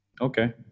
okay